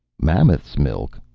mammoth's milk?